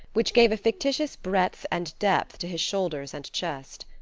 which gave a fictitious breadth and depth to his shoulders and chest.